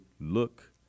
look